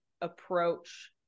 approach